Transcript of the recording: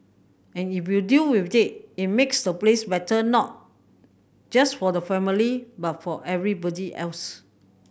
and if you deal with it it makes the place better not just for the family but for everybody else